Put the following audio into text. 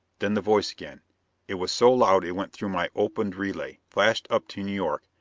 then the voice again it was so loud it went through my opened relay, flashed up to new york,